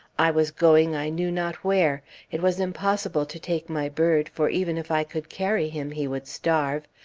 i was going i knew not where it was impossible to take my bird, for even if i could carry him, he would starve.